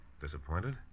Disappointed